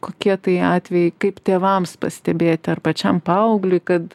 kokie tai atvejai kaip tėvams pastebėti ar pačiam paaugliui kad